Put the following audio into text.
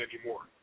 anymore